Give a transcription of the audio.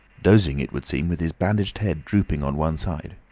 dozing it would seem, with his bandaged head drooping on one side.